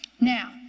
Now